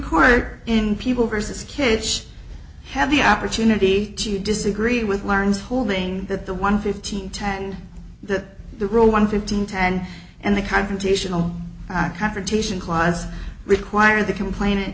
court in people vs kids had the opportunity to disagree with learns holding that the one fifteen ten that the rule one fifteen ten and the confrontational confrontation clause require the complain